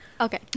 okay